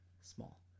small